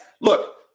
look